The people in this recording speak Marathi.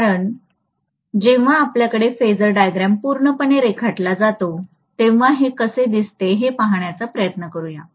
तर जेव्हा आपल्याकडे फेजर डायग्राम पूर्णपणे रेखाटला जातो तेव्हा हे कसे दिसते हे पाहण्याचा प्रयत्न करूया